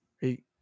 Hey